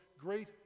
great